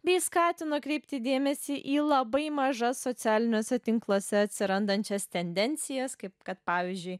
bei skatino kreipti dėmesį į labai mažas socialiniuose tinkluose atsirandančias tendencijas kaip kad pavyzdžiui